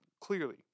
clearly